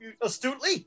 astutely